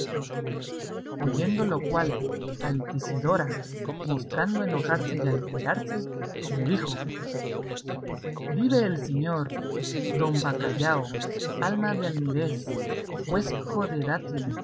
oyendo lo cual altisidora mostrando enojarse y alterarse le dijo vive el señor don bacallao alma de almirez